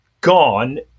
gone